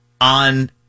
on